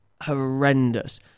horrendous